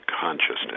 consciousness